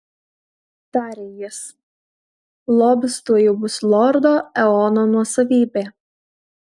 tarė jis lobis tuojau bus lordo eono nuosavybė